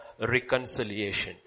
reconciliation